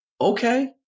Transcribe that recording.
okay